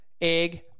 egg